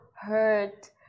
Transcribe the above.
hurt